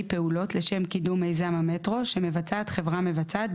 פעולות לשם קידום מיזם המטרו שמבצעת חברה מבצעת,